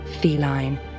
feline